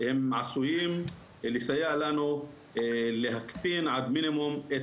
עשויים לסייע לנו להקטין למינימום את